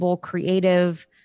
creative